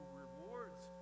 rewards